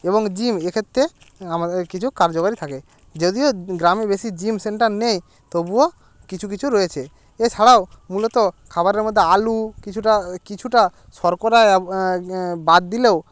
এবং জিম এক্ষেত্রে আমাদের কিছু কার্যকারী থাকে যদিও গ্রামে বেশি জিম সেন্টার নেই তবুও কিছু কিছু রয়েছে এছাড়াও মূলত খাবারের মধ্যে আলু কিছুটা কিছুটা শর্করা বাদ দিলেও